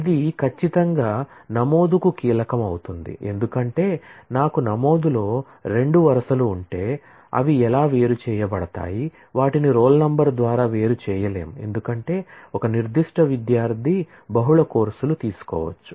ఇది ఖచ్చితంగా నమోదుకు కీలకం అవుతుంది ఎందుకంటే నాకు నమోదులో రెండు వరుసలు ఉంటే అవి ఎలా వేరు చేయబడతాయి వాటిని రోల్ నంబర్ ద్వారా వేరు చేయలేము ఎందుకంటే ఒక నిర్దిష్ట విద్యార్థి బహుళ కోర్సులు తీసుకోవచ్చు